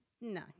No